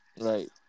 right